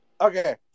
Okay